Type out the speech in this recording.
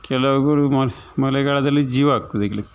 ಕೆಲವುಗಳು ಮಳೆ ಮಳೆಗಾಲದಲ್ಲಿ ಜೀವ ಆಗ್ತದೆ ಇಲ್ಲಿ